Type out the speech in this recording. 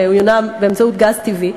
באמצעות גז טבעי.